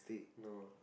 no